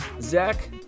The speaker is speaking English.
Zach